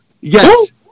Yes